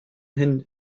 hin